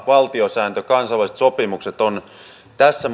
valtiosääntö kansainväliset sopimukset ovat tässä